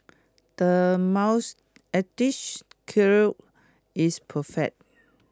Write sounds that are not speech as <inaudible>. the mouth <unintelligible> curl is perfect